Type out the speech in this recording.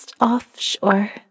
offshore